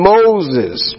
Moses